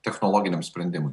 technologiniam sprendimui